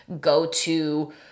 go-to